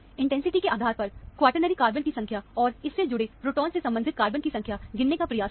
intensity के आधार पर क्वॉटरनरी कार्बन की संख्या और इससे जुड़े प्रोटॉन से संबंधित कार्बन की संख्या गिनने का प्रयास करें